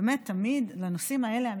בנושאים האלה,